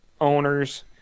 owners